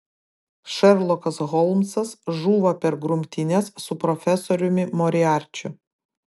šerlokas holmsas žūva per grumtynes su profesoriumi moriarčiu